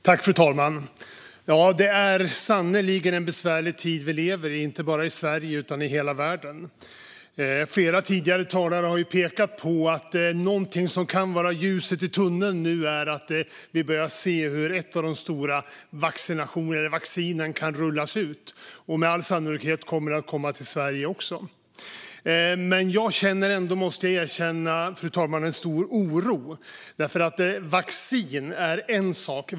Fru talman! Det är sannerligen en besvärlig tid vi lever i, inte bara i Sverige utan i hela världen. Flera tidigare talare har pekat på någonting som kan vara ljuset i tunneln, att vi nu ser att ett av de stora vaccinerna kan börja rullas ut. Med all sannolikhet kommer de att komma också till Sverige. Fru talman! Jag måste erkänna att jag ändå känner en stor oro. Vacciner är en nämligen sak.